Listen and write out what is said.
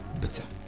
better